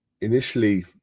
initially